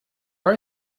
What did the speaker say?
are